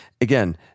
again-